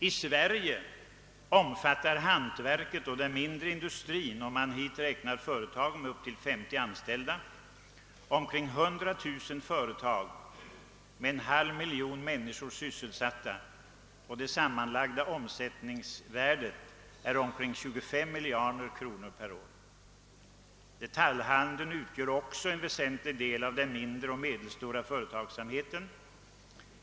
I Sverige omfattar hantverket och den mindre industrin, om man hit räknar företag med upp till 50 anställda, omkring 100 000 företag med en halv miljon människor sysselsatta, och det sammanlagda omsättningsvärdet är omkring 25 miljarder kronor per år. Detaljhandeln utgör också en väsentlig del av den mindre och medelstora företagsamheten.